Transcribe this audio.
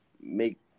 make